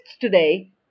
today